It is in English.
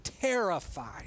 terrified